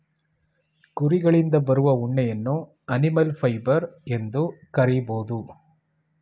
ಕುರಿಗಳಿಂದ ಬರುವ ಉಣ್ಣೆಯನ್ನು ಅನಿಮಲ್ ಫೈಬರ್ ಎಂದು ಕರಿಬೋದು